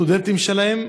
לסטודנטים שלהם,